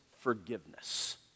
forgiveness